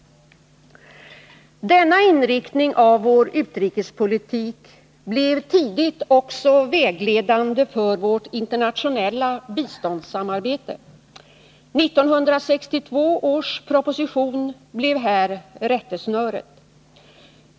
Denna inriktning av vår utrikespolitik blev också tidigt vägledande för vårt internationella biståndssamarbete. 1962 års proposition blev här rättesnöret.